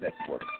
Network